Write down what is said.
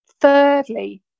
Thirdly